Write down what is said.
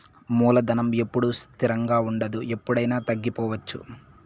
మూలధనం ఎప్పుడూ స్థిరంగా ఉండదు ఎప్పుడయినా తగ్గిపోవచ్చు